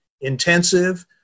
intensive